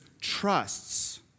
trusts